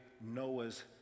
Noah's